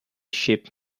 ship